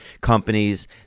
companies